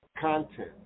Content